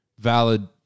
valid